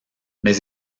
mais